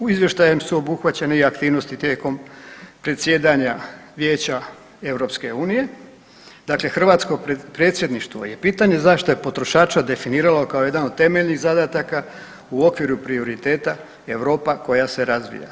U izvještajem su obuhvaćene i aktivnosti tijekom predsjedanja Vijeća EU, dakle hrvatsko predsjedništvo je pitanje zaštite potrošača definiralo kao jedan od temeljnih zadataka u okviru prioriteta Europa koja se razvija.